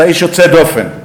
אתה איש יוצא דופן,